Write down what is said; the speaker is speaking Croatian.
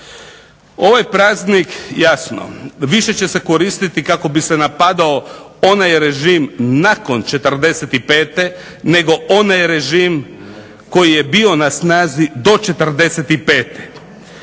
Ovaj praznik jasno više će se koristiti kako bi se napadao onaj režim nakon 54. nego onaj režim koji je bio na snazi do 45.